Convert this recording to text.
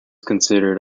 considered